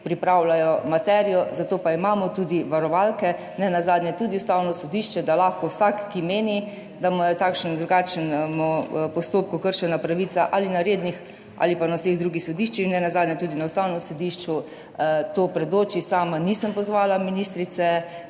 pripravljajo materijo, zato pa imamo tudi varovalke, nenazadnje tudi Ustavno sodišče, da lahko vsak, ki meni, da mu je v takšnem ali drugačnem postopku kršena pravica ali na rednih ali pa na vseh drugih sodiščih, to predoči. Sama nisem pozvala ministrice